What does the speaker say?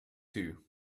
too